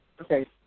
Okay